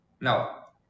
Now